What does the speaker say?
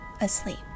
asleep